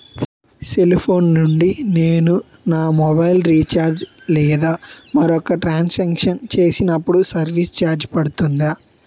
Cell phone నుండి నేను నా మొబైల్ రీఛార్జ్ లేదా మరొక ట్రాన్ సాంక్షన్ చేసినప్పుడు సర్విస్ ఛార్జ్ పడుతుందా?